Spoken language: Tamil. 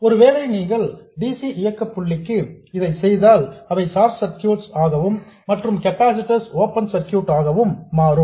ஒருவேளை நீங்கள் dc இயக்க புள்ளிக்கு இதை செய்தால் அவை ஷார்ட் சர்க்யூட்ஸ் ஆகவும் மற்றும் கெபாசிட்டர்ஸ் ஓபன் சர்க்யூட்ஸ் ஆகவும் மாறும்